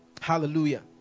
Hallelujah